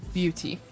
beauty